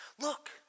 Look